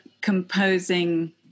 composing